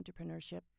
entrepreneurship